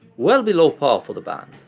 well below par for the band,